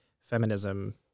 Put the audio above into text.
feminism